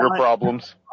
problems